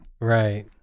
right